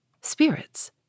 Spirits